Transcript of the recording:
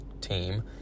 team